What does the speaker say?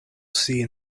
sea